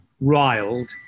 riled